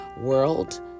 world